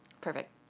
Perfect